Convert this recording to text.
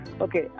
Okay